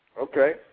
Okay